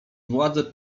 władze